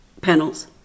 panels